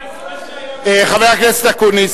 זה האס.אם.אס.